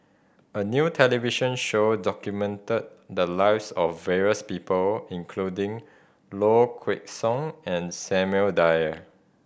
a new television show documented the lives of various people including Low Kway Song and Samuel Dyer